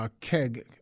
Keg